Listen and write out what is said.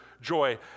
joy